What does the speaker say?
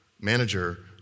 manager